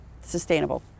sustainable